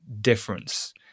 difference